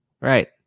right